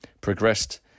progressed